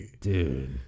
dude